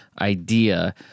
idea